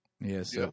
Yes